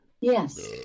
Yes